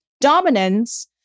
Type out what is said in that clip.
Dominance